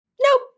Nope